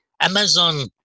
Amazon